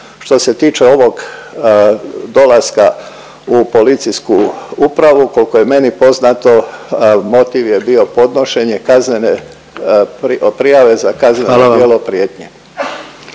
Što se tiče ovog dolaska u policijsku upravu, koliko je meni poznato motiv je bio podnošenje kaznene prijave